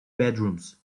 bedrooms